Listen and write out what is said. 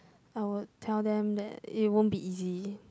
I would tell them that it won't be easy